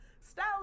style